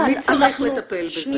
אבל אנחנו --- מי צריך לטפל בזה?